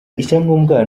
icyangombwa